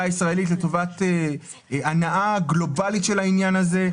הישראלית לטובת הנעה גלובלית של העניין הזה.